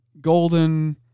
golden